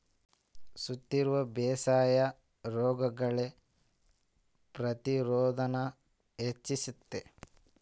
ಸುಸ್ಥಿರ ಬೇಸಾಯಾ ರೋಗಗುಳ್ಗೆ ಪ್ರತಿರೋಧಾನ ಹೆಚ್ಚಿಸ್ತತೆ